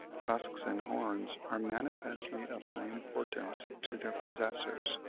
tusks and horns are manifestly of high importance to their possessors,